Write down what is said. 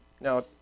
Now